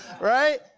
Right